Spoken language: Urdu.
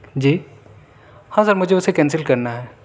جی ہاں سر مجھے اسے کینسل کرنا ہے